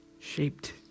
shaped